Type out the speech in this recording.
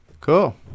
Cool